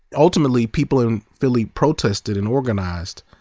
ultimately, people in philly protested and organized,